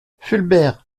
fulbert